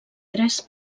tres